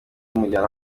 imujyana